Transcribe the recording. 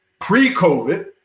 Pre-COVID